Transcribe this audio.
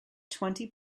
twenty